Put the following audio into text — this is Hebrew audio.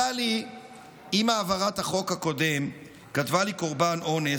עם העברת החוק הקודם כתבה לי קורבן אונס,